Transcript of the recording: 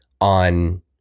on